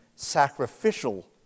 sacrificial